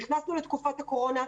נכנסנו לתקופת הקורונה,